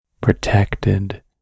protected